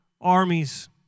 armies